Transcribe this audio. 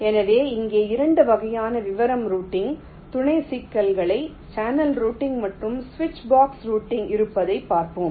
எனவே இங்கே 2 வகையான விவரம் ரூட்டிங் துணை சிக்கல்கள் சேனல் ரூட்டிங் மற்றும் சுவிட்ச் பாக்ஸ் ரூட்டிங் இருப்பதைப் பார்ப்போம்